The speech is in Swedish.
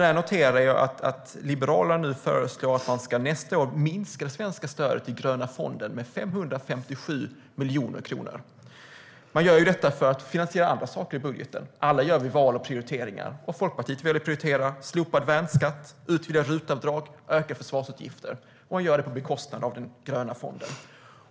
Där noterar jag att Liberalerna nu föreslår att man nästa år ska minska det svenska stödet till Gröna klimatfonden med 557 miljoner kronor. Man gör detta för att finansiera andra saker i budgeten. Alla gör vi val och prioriteringar, och Liberalerna väljer att prioritera slopad värnskatt, utvidgat RUT-avdrag och ökade försvarsutgifter - och gör det på bekostnad av Gröna klimatfonden.